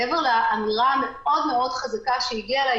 מעבר לאמירה המאוד מאוד חזקה שהגיעה אליי